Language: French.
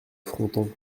fronton